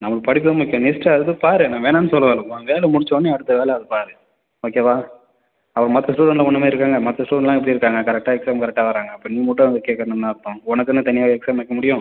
நமக்கு படிப்புதான் முக்கியம் நெக்ஸ்ட்டு அதை போய் பார் நான் வேணாம்னு சொல்லலை உன் வேலை முடித்தோன்னே அடுத்த வேலை அதை பார் ஓகேவா அப்புறம் மற்ற ஸ்டூடண்ட்டெலாம் உன்னை மாதிரியா இருக்காங்க மற்ற ஸ்டூடண்ட்டெலாம் எப்படி இருக்காங்க கரெக்டாக எக்ஸாமுக்கு கரெக்டாக வராங்க அப்போ நீ மட்டும் வந்து கேட்குறேன்னா என்ன அர்த்தம் உனக்குன்னு தனியாகவா எக்ஸாம் வைக்க முடியும்